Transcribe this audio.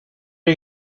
are